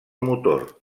motor